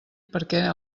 perquè